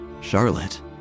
Charlotte